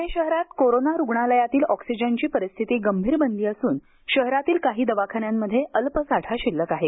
पुणे शहरात कोरोना रुग्णालयातील ऑक्सिजनची परिस्थिती गंभीर बनली असून शहरातील काही दवाखान्यांमध्ये अल्प साठा शिल्लक आहे